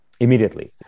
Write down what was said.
immediately